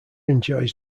enjoys